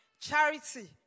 charity